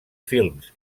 films